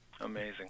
Amazing